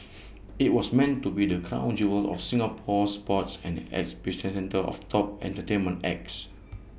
IT was meant to be the crown jewel of Singapore sports and the epicentre of top entertainment acts